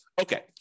Okay